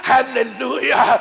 Hallelujah